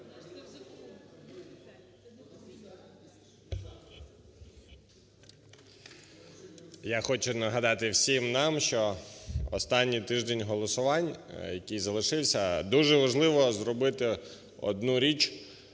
Я хочу нагадати всім нам, що в останній тиждень голосувань, який залишився, дуже важливо зробити одну річ: